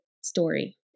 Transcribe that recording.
story